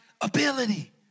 ability